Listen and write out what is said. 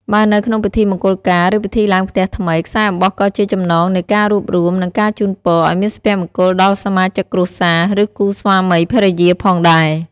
បើនៅក្នុងពិធីមង្គលការ ឬពិធីឡើងផ្ទះថ្មី ខ្សែអំបោះក៏ជា ចំណងនៃការរួបរួម និងការជូនពរ ឲ្យមានសុភមង្គលដល់សមាជិកគ្រួសារ ឬគូស្វាមីភរិយាផងដែរ។